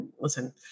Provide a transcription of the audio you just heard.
listen